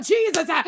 Jesus